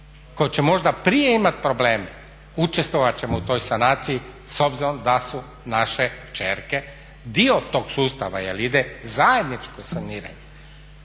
koje će možda imati prije probleme, učestvovat ćemo u toj sanaciji s obzirom da su naše kćerke dio tog sustava jel ide zajedničko saniranje.